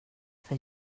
för